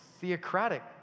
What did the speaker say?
theocratic